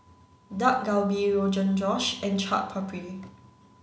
Dak Galbi Rogan Josh and Chaat Papri